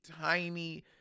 tiny